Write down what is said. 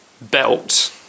belt